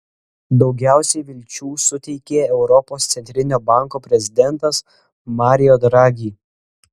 daugiausiai vilčių suteikė europos centrinio banko prezidentas mario draghi